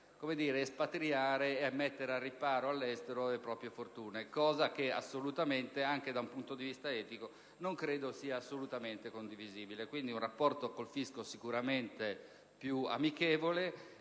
ad espatriare e a mettere al riparo all'estero le proprie fortune, cosa che assolutamente, anche da un punto di vista etico, non credo sia assolutamente condivisibile. Quindi, occorre un rapporto con il fisco sicuramente più amichevole,